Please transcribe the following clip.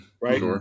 Right